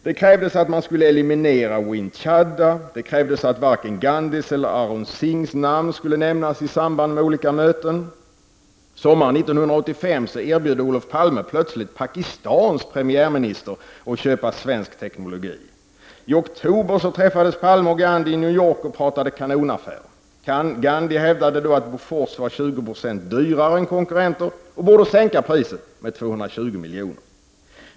Det krävdes att man skulle eliminera Win Chada, och att varken Gandhis eller Arun Singhs namn skulle nämnas i samband med olika möten. Sommaren 1985 erbjöd Olof Palme plötsligt Pakistans premiärminister att köpa svensk teknologi. I oktober 1985 träffades Palme och Gandhi i New York och pratade kanonaffärer. Gandhi hävdade att Bofors var 20 76 dyrare än konkurrenterna och borde sänka priset med 220 miljoner.